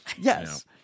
Yes